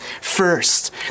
first